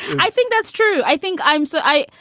i think that's true. i think i'm so i.